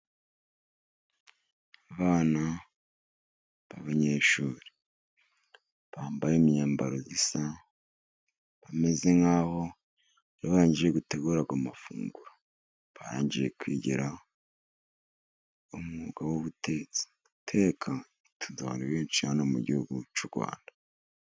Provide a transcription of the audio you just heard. Abanyeshuri bambaye imyambaro isa bameze nkaho barangije gutegura amafunguro barangije kwigiraho. Umwuga w'ubutetsi utunze abantu benshi hano mu gihugu cy'u Rwanda.